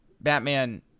Batman